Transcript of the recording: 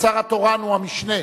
השר התורן הוא המשנה.